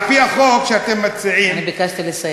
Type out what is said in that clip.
על-פי החוק שאתם מציעים, אני ביקשתי לסיים.